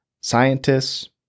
scientists